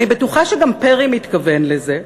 אני בטוחה שגם פרי מתכוון לזה.